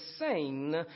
insane